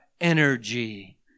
energy